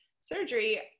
surgery